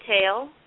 tail